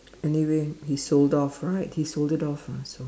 anyway he sold off right he sold it off ah so